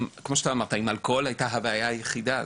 כמו שאתה אמרת, אם אלכוהול הייתה הבעיה היחידה,